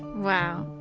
wow.